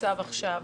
במצב הנוכחי,